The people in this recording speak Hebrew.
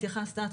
התייחסת כאן,